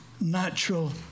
natural